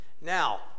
Now